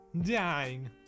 Dying